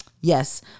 Yes